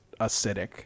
acidic